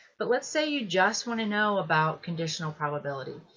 but let's say you just want to know about conditional probability.